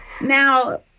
Now